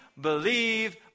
believe